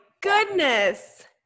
goodness